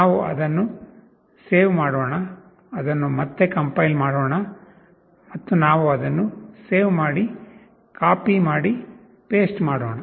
ನಾವು ಅದನ್ನು ಸೇವ್ ಮಾಡೋಣ ಅದನ್ನು ಮತ್ತೆ ಕಂಪೈಲ್ ಮಾಡೋಣ ಮತ್ತು ನಾವು ಅದನ್ನು ಸೇವ್ ಮಾಡಿ ಕಾಪಿ ಮಾಡಿ ಪೇಸ್ಟ್ ಮಾಡೋಣ